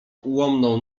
ułomną